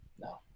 No